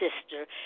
sister